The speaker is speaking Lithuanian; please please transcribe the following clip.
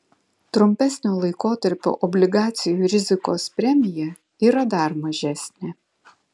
trumpesnio laikotarpio obligacijų rizikos premija yra dar mažesnė